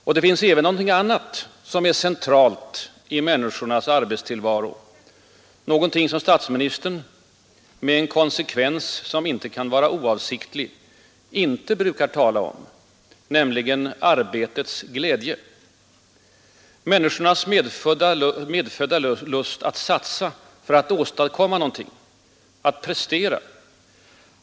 Och det finns även något annat som är centralt i människans arbetstillvaro, någonting som statsministern — med en konsekvens som inte kan vara oavsiktlig — inte brukar tala om, nämligen arbetets glädje, människors medfödda lust att satsa för att åstadkomma någonting. Att prestera.